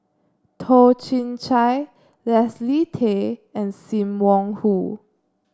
Toh Chin Chye Leslie Tay and Sim Wong Hoo